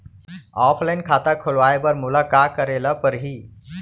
Offline खाता खोलवाय बर मोला का करे ल परही?